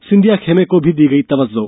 सिंधिया खेमे को भी दी गई तवज्जो